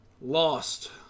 lost